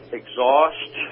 exhaust